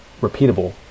repeatable